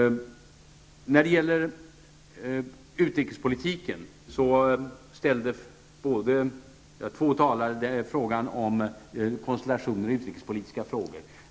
Beträffande utrikespolitiken ställde två talare frågan om konstellationer i utrikespolitiska frågor.